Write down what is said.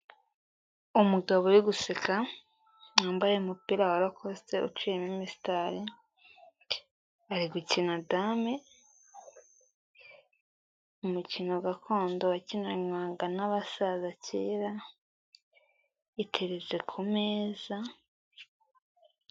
Umugabo uri guseka wambaye umupira wa rakosite uciyemo imisitari, ari gukina dame, umukino gakondo wakinwaga n'abasaza kera, iteretse ku meza.